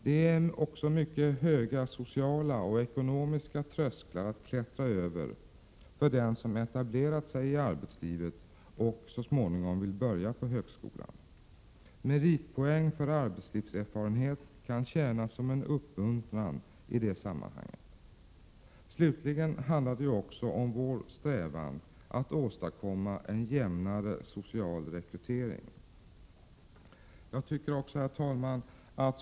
Den som etablerar sig i arbetslivet och så småningom vill börja studera vid högskolan måste klättra över mycket höga sociala och ekonomiska trösklar. Meritpoäng för arbetslivserfarenhet kan tjäna som uppmuntran i det sammanhanget. Slutligen handlar det också om vår strävan att åstadkomma en jämnare social rekrytering. Herr talman!